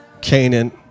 Canaan